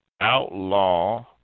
outlaw